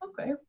okay